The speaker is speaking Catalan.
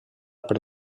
per